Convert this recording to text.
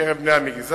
בקרב בני המגזר,